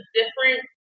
different